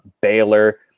Baylor